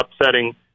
upsetting